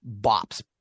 Bops